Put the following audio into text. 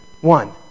one